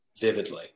vividly